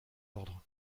ordres